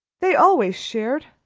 they always shared.